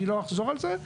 אני לא אחזור על זה.